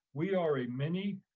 we are a mini,